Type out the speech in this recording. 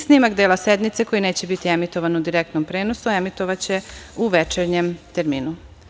Snimak dela sednice koji neće biti emitovan u direktnom prenosu emitovaće u večernjem terminu.